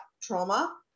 trauma